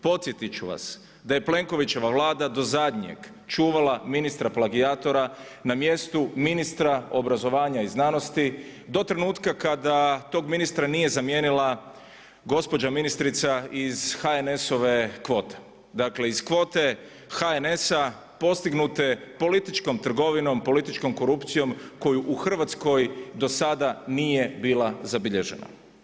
Podsjetit ću vas da je Plenkovićeva Vlada do zadnjeg čuvala ministra plagijatora na mjestu ministra obrazovanja i znanosti do trenutka kada tog ministra nije zamijenila gospođa ministrica iz HNS-ove kvote, dakle iz kvote HNS-a postignute političkom trgovinom, političkom korupcijom koju u Hrvatskoj do sada nije bila zabilježena.